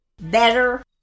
better